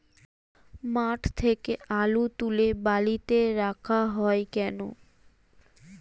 মাঠ থেকে আলু তুলে বালিতে রাখা হয় কেন?